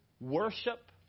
worship